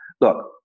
Look